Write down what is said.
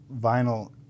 vinyl